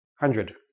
HUNDRED